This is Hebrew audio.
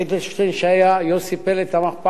אדוני היושב-ראש, חברי הכנסת,